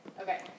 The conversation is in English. Okay